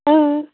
उम्